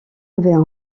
avaient